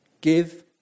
Give